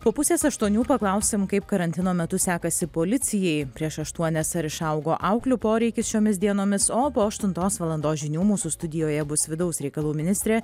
po pusės aštuonių paklausim kaip karantino metu sekasi policijai prieš aštuonias ar išaugo auklių poreikis šiomis dienomis o po aštuntos valandos žinių mūsų studijoje bus vidaus reikalų ministrė